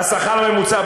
אה, הוא הבין?